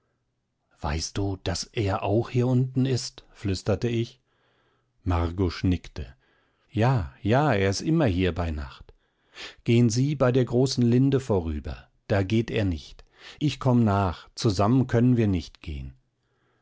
weißt du daß er auch hier unten ist flüsterte ich margusch nickte ja ja er is immer hier bei nacht gehen sie bei der großen linde vorüber da geht er nicht ich komm nach zusammen können wir nicht gehen